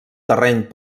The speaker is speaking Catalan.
terreny